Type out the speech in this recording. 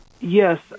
Yes